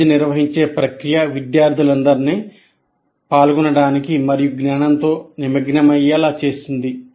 quiz నిర్వహించే ప్రక్రియ విద్యార్థులందరినీ పాల్గొనడానికి మరియు జ్ఞానంతో నిమగ్నమయ్యేలా చేస్తుంది